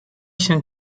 się